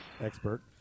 expert